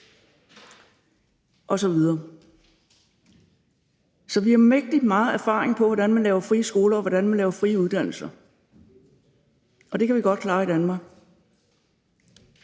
vi blander os i. Vi har rigtig meget erfaring med, hvordan man laver frie skoler, og hvordan man laver frie læreruddannelser. Det kan vi godt klare i Danmark.